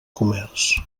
comerç